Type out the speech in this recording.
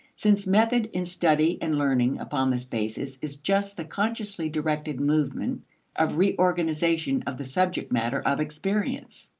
since method in study and learning upon this basis is just the consciously directed movement of reorganization of the subject matter of experience.